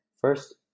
first